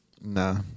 nah